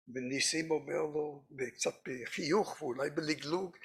וניסים אומר לו קצת בחיוך ואולי בלגלוג